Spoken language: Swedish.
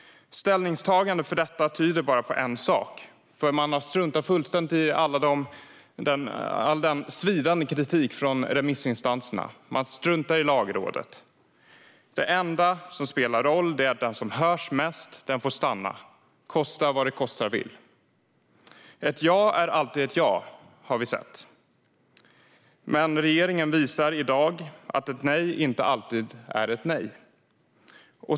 Ställningstagande för detta tyder bara på en sak. Man struntar fullständigt i all den svidande kritik som har kommit från remissinstanserna. Man struntar i Lagrådet. Det enda som spelar roll är att den som hörs mest får stanna, kosta vad det kosta vill. Ett ja är alltid ett ja, har vi sett. Men regeringen visar i dag att ett nej inte alltid är ett nej.